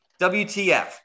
WTF